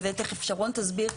ותיכף שרון תסביר,